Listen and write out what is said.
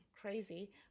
crazy